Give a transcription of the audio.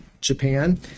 Japan